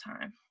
time